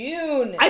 June